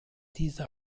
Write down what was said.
dieser